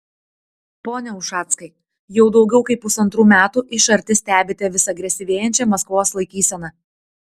pone ušackai jau daugiau kaip pusantrų metų iš arti stebite vis agresyvėjančią maskvos laikyseną